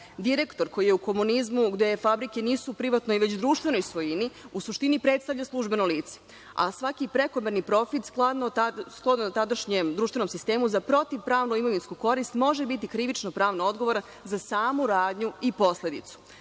Direktor koji je u komunizmu, gde fabrike nisu u privatnoj, već društvenoj svojini, u suštini predstavlja služeno lice, a svaki prekomerni profit, shodno tadašnjem društvenom sistemu, za protivpravnu imovinsku korist može biti krivičnopravno odgovoran za samu radnju i posledicu.